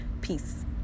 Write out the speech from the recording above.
Peace